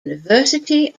university